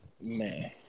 man